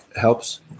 helps